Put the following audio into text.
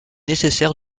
nécessaire